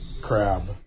crab